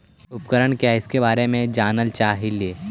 उपकरण क्या है इसके बारे मे जानल चाहेली?